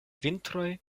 vintroj